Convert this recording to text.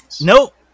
Nope